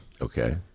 Okay